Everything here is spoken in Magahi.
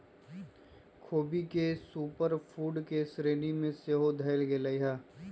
ख़ोबी के सुपर फूड के श्रेणी में सेहो धयल गेलइ ह